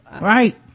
Right